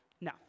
No